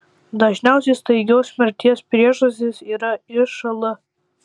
dažniausia staigios mirties priežastis yra išl